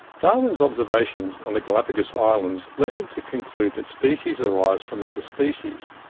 darwin's observations on the galapagos islands led him to conclude that species arise from other species.